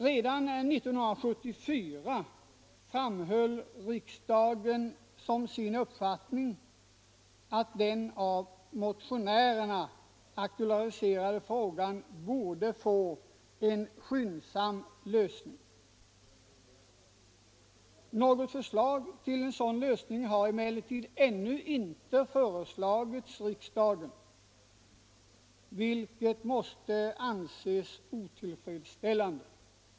Redan 1974 framhöll riksdagen som sin uppfattning att den av motionärerna aktualiserade frågan borde få en skyndsam lösning. Något förslag till sådan lösning har emellertid inte förelagts riksdagen, vilket måste anses otillfredsställande.